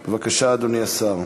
בבקשה, אדוני השר.